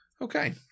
okay